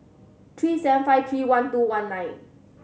three seven five three one two one nine